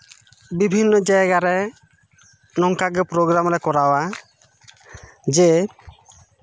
ᱵᱤᱵᱷᱤᱱᱱᱚ ᱡᱟᱭᱜᱟ ᱨᱮ ᱱᱚᱝᱠᱟᱜᱮ ᱯᱨᱳᱜᱨᱟᱢ ᱞᱮ ᱠᱚᱨᱟᱣᱟ ᱡᱮ